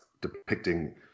depicting